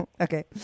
Okay